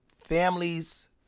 families